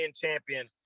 champion